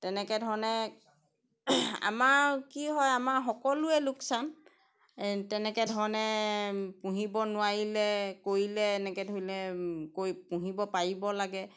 তেনেকৈ ধৰণে আমাৰ কি হয় আমাৰ সকলোৱে লোকচান তেনেকৈ ধৰণে পুহিব নোৱাৰিলে কৰিলে এনেকৈ ধৰিলে পুহিব পাৰিব লাগে